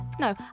no